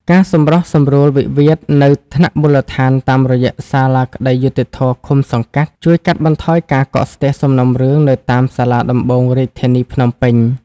ការសម្រុះសម្រួលវិវាទនៅថ្នាក់មូលដ្ឋានតាមរយៈសាលាក្ដីយុត្តិធម៌ឃុំ-សង្កាត់ ជួយកាត់បន្ថយការកកស្ទះសំណុំរឿងនៅតាមសាលាដំបូងរាជធានី-ខេត្ត។